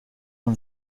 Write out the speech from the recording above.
man